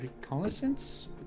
Reconnaissance